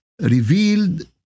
revealed